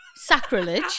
sacrilege